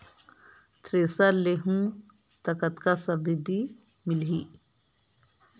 Thresher लेहूं त कतका सब्सिडी मिलही?